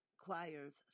choirs